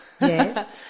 Yes